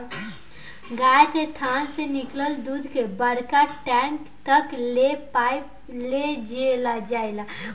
गाय के थान से निकलल दूध के बड़का टैंक तक ले पाइप से ले जाईल जाला